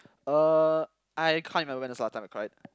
uh I can't remember the last time I cried